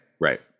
right